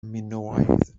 minoaidd